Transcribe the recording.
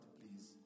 please